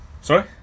Sorry